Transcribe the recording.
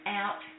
out